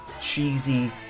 cheesy